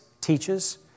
teaches